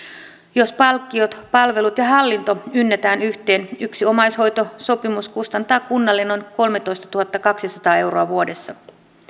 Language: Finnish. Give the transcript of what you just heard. jos palkkiot palvelut ja hallinto ynnätään yhteen yksi omaishoitosopimus kustantaa kunnalle noin kolmetoistatuhattakaksisataa euroa vuodessa